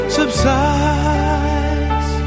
subsides